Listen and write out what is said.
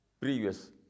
previous